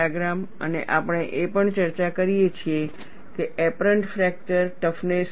અને આપણે એ પણ ચર્ચા કરી છે કે એપ્પરન્ટ ફ્રેકચર ટફનેસ શું છે